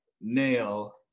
nail